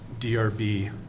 DRB